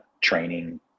training